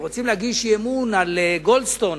אם רוצים להגיש אי-אמון על גולדסטון,